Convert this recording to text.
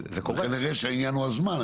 כנראה שהעניין הוא הזמן,